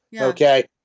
Okay